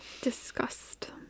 Disgust